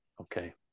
Okay